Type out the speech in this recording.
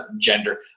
gender